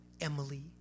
Emily